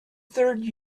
third